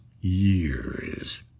years